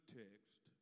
text